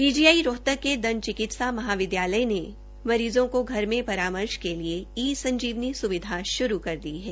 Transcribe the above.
PGI Rohtak के दंत चिकित्सा महाविद्यालय ने मरीज़ों को घर में परामर्श के लिए ई संजीवनी स्विधा श्रू कर दी है